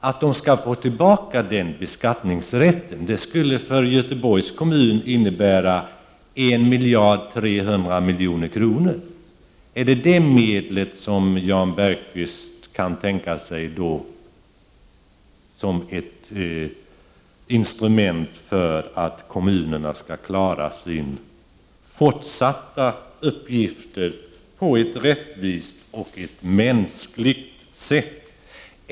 Om kommunerna fick tillbaka denna beskattningsrätt, skulle det för Göteborgs kommun innebära ett tillskott på 1300 000 000 kr. Är det dessa medel som Jan Bergqvist kan tänka sig som ett instrument för att kommunerna i fortsättningen skall klara sina uppgifter på ett rättvist och mänskligt sätt?